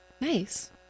Nice